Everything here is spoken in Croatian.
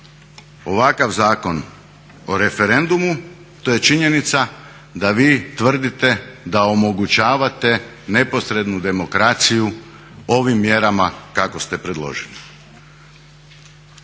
ovakav Zakon o referendumu to je činjenica da vi tvrdite da omogućavate neposrednu demokraciju ovim mjerama kako ste predložili.